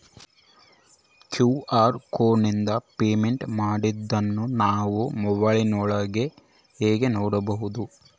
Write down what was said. QR ಕೋಡಿಂದ payment ಮಾಡಿರೋದನ್ನ ನಾವು ಮೊಬೈಲಿನೊಳಗ ಹೆಂಗ ನೋಡಬಹುದು?